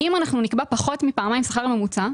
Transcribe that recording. אם אנחנו נקבע פחות מפעמיים שכר ממוצע,